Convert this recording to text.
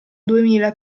duemila